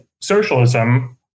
socialism